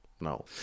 No